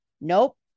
nope